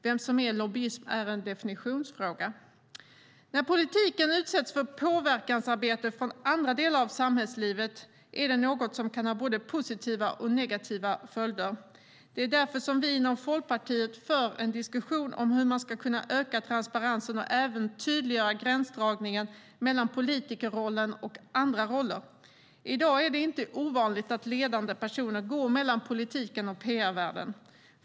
Vem som är lobbyist är en definitionsfråga. När politiken utsätts för påverkansarbete från andra delar av samhällslivet är det något som kan ha både positiva och negativa följder. Det är därför som vi inom Folkpartiet för en diskussion om hur man ska kunna öka transparensen och även tydliggöra gränsdragningen mellan politikerrollen och andra roller. I dag är det inte ovanligt att ledande personer går mellan politiken och PR-världen.